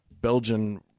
Belgian